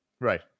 Right